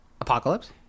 Apocalypse